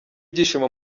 ibyishimo